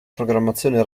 programmazione